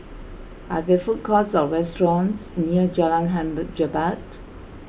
are there food courts or restaurants near Jalan Hang bar Jebat